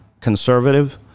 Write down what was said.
conservative